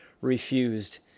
refused